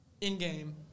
In-game